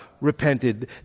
repented